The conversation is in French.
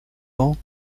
ans